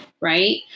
right